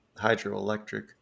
hydroelectric